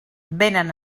vénen